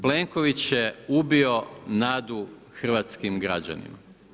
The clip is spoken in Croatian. Plenković je ubio nadu hrvatskim građanima.